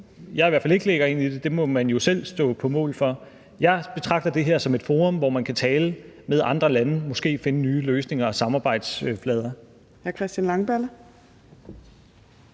jeg i hvert fald ikke lægger ind i det, må man jo selv stå på mål for. Jeg betragter det her som et forum, hvor man kan tale med andre lande og måske finde nye løsninger og samarbejdsflader.